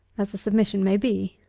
as the submission may be.